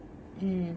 mm